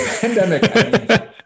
Pandemic